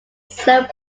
serve